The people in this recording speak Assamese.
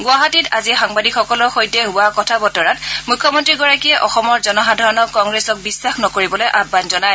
গুৱাহাটীত আজি সাংবাদিকসকলৰ সৈতে হোৱা কথা বতৰাত মৃখ্যমন্ৰীগৰাকীয়ে অসমৰ জনসাধাৰণক কংগ্ৰেছক বিশ্বাস নকৰিবলৈ আয়ান জনায়